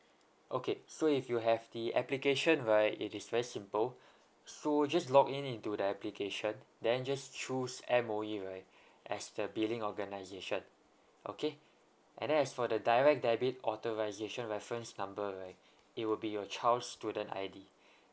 okay so if you have the application right it is very simple so just log in into the application then just choose M_O_E right as the billing organisation okay and as for the direct debit authorisation reference number right it will be your child's student I_D